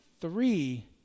three